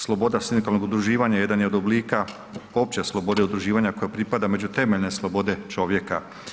Sloboda sindikalnog udruživanja jedan je od oblika opće slobode udruživanja koja pripada među temeljne slobode čovjeka.